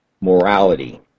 morality